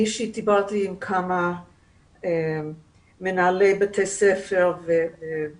אני אישית דיברתי עם כמה מנהלי בתי ספר ומשגיחים